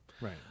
Right